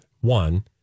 One